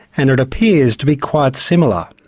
and it appears to be quite similar.